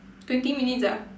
twenty minutes ah